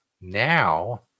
Now